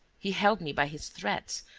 he held me by his threats.